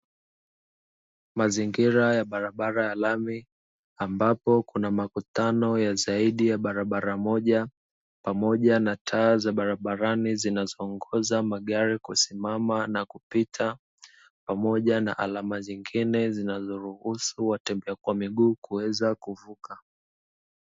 Mazingira ya barabara ambapo kuna makutano ya zaidi ya barabara moja, pamoja na taa za barabarani zinazo ongoza magari kusimama na kupita pamoja na alama zingine zinazoruhusu watembea kwa miguukuweza kuvuka.